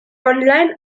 online